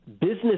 business